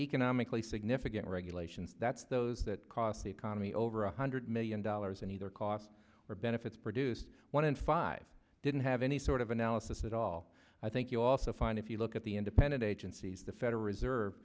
economically significant regulation that's those that cost the economy over one hundred million dollars and either costs or benefits produced one in five didn't have any sort of analysis at all i think you also find if you look at the independent agencies the federal reserve